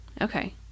Okay